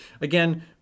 Again